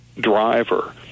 driver